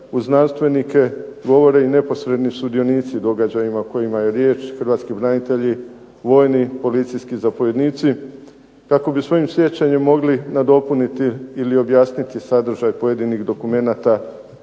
uz znanstvenike govore i neposredni sudionici događaja o kojima je riječ, hrvatski branitelji, vojni i policijski zapovjednici kako bi svojim sjećanjem mogli nadopuniti ili objasniti sadržaj pojedinih dokumenata ili